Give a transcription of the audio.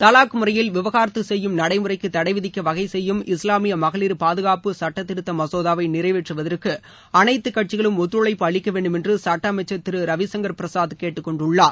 தவாக் முறையில் விவாகரத்து செய்யும் நடைமுறைக்கு தடை விதிக்க வகை செய்யும் இஸ்ஸாமிய மகளிர் பாதகாப்பு சுட்டத்திருத்த மசோதாவை நிறைவேற்றுவதற்கு அனைத்து கட்சிகளும் ஒத்துழைப்பு அளிக்க வேண்டுமென்று சட்ட அமைச்சா் திரு ரவிசங்கா் பிரசாத் கேட்டுக் கொண்டுள்ளார்